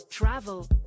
Travel